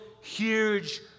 huge